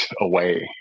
away